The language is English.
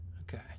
Okay